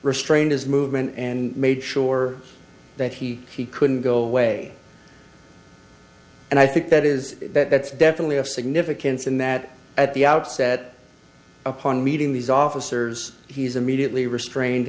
restrained his movement and made sure that he he couldn't go away and i think that is that that's definitely of significance and that at the outset upon meeting these officers he's immediately restrained